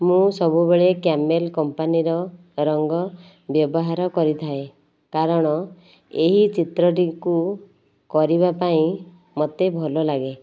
ମୁଁ ସବୁବେଳେ କ୍ୟାମେଲ କମ୍ପାନୀର ରଙ୍ଗ ବ୍ୟବହାର କରିଥାଏ କାରଣ ଏହି ଚିତ୍ରଟିକୁ କରିବା ପାଇଁ ମୋତେ ଭଲ ଲାଗେ